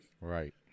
Right